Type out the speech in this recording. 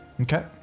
Okay